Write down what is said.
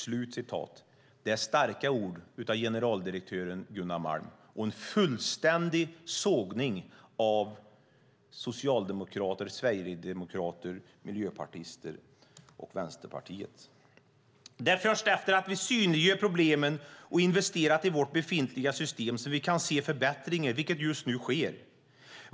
Detta är starka ord av generaldirektören Gunnar Malm och en fullständig sågning av socialdemokrater, sverigedemokrater, miljöpartister och vänsterpartister. Det är först efter att vi synliggjort problemen och investerat i vårt befintliga system som vi kan se förbättringar, vilket just nu sker.